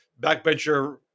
backbencher